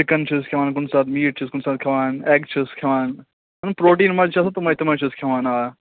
chicken چھُس کھٮ۪وان کُنہِ ساتہٕ میٖٹ چھُس کُنہِ ساتہٕ کھٮ۪وان ایٚگ چھُس کھٮ۪وان یِمن پروٹیٖن منز چھُ آسان تِمے تِمے چھُس کھٮ۪وان آ